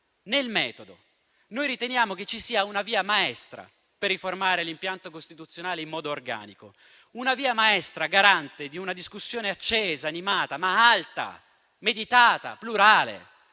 Nel metodo noi riteniamo che ci sia una via maestra per riformare l'impianto costituzionale in modo organico. Una via maestra garante di una discussione accesa e animata, ma alta, meditata e plurale.